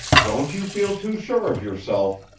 don't you feel too sure of yourself,